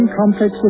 complex